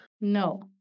No